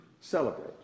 celebrate